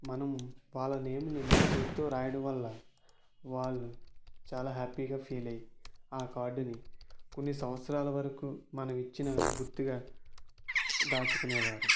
మనము వాళ్ళ నేమ్ని మన చేత్తో రాయడం వల్ల వాళ్ళు చాలా హ్యాపీగా ఫీల్ అయ్యి ఆ కార్డుని కొన్ని సంవత్సరాల వరకు మనం ఇచ్చిన గుర్తుగా దాచుకునే వారు